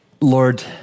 Lord